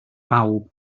bawb